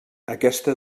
aquesta